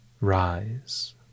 Rise